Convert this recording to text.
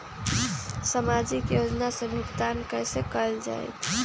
सामाजिक योजना से भुगतान कैसे कयल जाई?